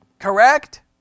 Correct